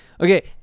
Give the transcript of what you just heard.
Okay